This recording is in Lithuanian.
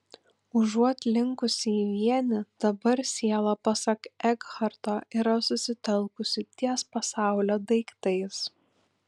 užuot linkusi į vienį dabar siela pasak ekharto yra susitelkusi ties pasaulio daiktais